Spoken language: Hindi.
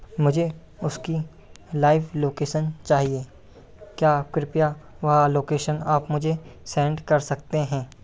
मुझे उसकी लाइव लोकेशन चाहिए क्या कृप्या वह लोकेशन आप मुझे सेन्ड कर सकते हैं